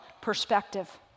perspective